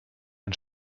ein